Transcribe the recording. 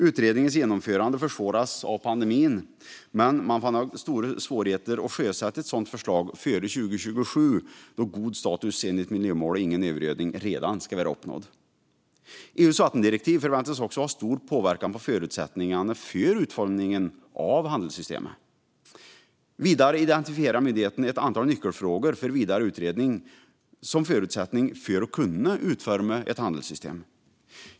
Utredningens genomförande försvårades av pandemin, men man fann också stora svårigheter att sjösätta ett sådant förslag före 2027, då god status enligt miljömålet Ingen övergödning redan ska vara uppnådd. EU:s vattendirektiv förväntas också ha stor påverkan på förutsättningarna för utformningen av ett handelssystem. Vidare identifierade myndigheten ett antal nyckelfrågor för vidare utredning som förutsättning för att utforma ett handelssystem.